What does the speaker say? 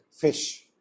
fish